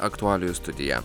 aktualijų studija